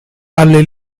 alle